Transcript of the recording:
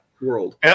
world